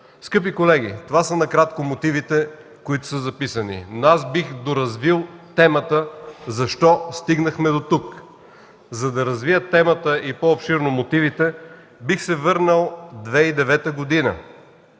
Скъпи колеги, това са накратко мотивите, които са записани. Но аз бих доразвил темата защо стигнахме дотук. За да развия темата и по-обширно мотивите, бих се върнал в 2009 г.